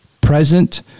present